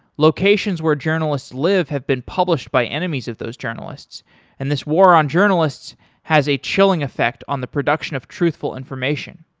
locations where journalists live have been published by enemies of those journalists and this war on journalists has a chilling effect on the production of truthful information.